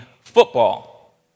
football